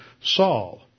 Saul